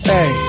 Hey